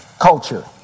culture